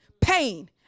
pain